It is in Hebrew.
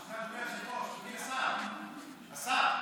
השר,